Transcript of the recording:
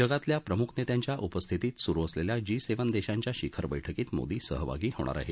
जगातल्या प्रमुख नेत्यांच्या उपस्थितीत सुरू असलेल्या जी सेव्हन देशांच्या शिखर बैठकीत मोदी सहभागी होणार आहेत